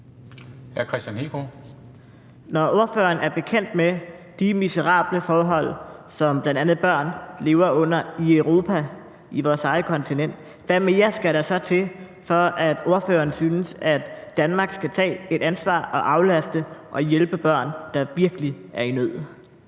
Når ordføreren er bekendt med de miserable forhold, som bl.a. børn lever under i Europa, på vores eget kontinent, hvad mere skal der så til, for at ordføreren synes, at Danmark skal tage et ansvar og aflaste og hjælpe børn, der virkelig er i nød?